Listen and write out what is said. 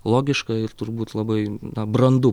logiška ir turbūt labai na brandu